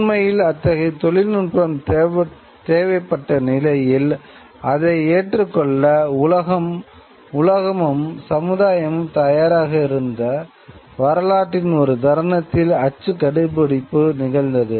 உண்மையில் அத்தகைய தொழில்நுட்பம் தேவைப்பட்ட நிலையில் அதை ஏற்றுக்கொள்ள உலகமும் சமுதாயமும் தயாராக இருந்த வரலாற்றின் ஒரு தருணத்தில் அச்சு கண்டுபிடிப்பு நிகழ்ந்தது